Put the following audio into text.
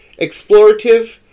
explorative